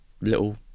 little